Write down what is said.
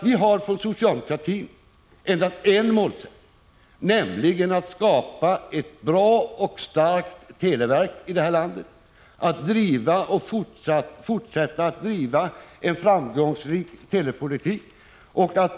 Vi har från socialdemokratin endast en målsättning, nämligen att skapa ett bra och starkt televerk här i landet, att fortsätta att driva en framgångsrik telepolitik.